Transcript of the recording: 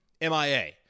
MIA